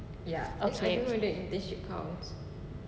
okay